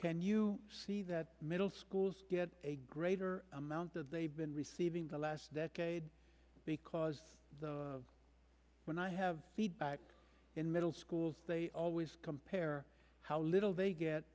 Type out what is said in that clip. can you see that middle schools get a greater amount of they've been receiving the last decade because when i have feedback in middle schools they always compare how little they get